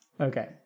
Okay